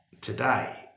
today